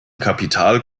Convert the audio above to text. kapital